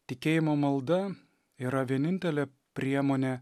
tikėjimo malda yra vienintelė priemonė